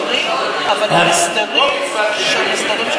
והם יסכימו, קצבת שאירים.